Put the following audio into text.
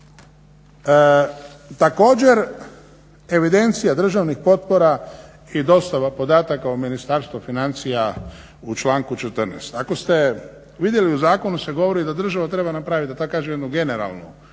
Također, evidencija državnih potpora i dostava podataka u Ministarstvo financija u članku 14. Ako ste vidjeli u zakonu se govori da država treba napraviti da tako kažem jednu generalnu